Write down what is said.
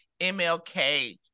MLK